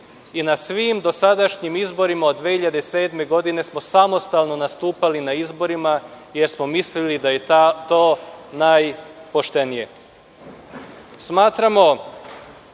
i na svim dosadašnjim izborima od 2007. godine smo samostalno nastupali na izborima, jer smo mislili da je to najpoštenije. Smatramo